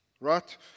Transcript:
right